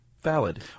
valid